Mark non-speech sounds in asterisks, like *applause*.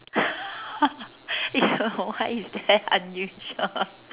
*laughs* why is that unusual *laughs*